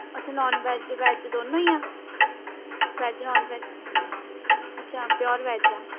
ਅੱਛਾ non veg veg ਦੋਨੋਂ ਹੀ ਆ ਵੈਜ ਨੋਨ ਵੈਜ ਅੱਛਾ ਪਿਓਰ ਵੈਜ ਆ